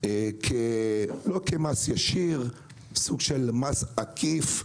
לא כמס ישיר; סוג של מס עקיף.